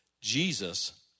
Jesus